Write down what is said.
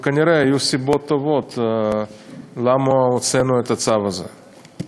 כנראה היו סיבות טובות להוצאת הצו הזה.